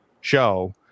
show